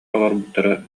олорбуттара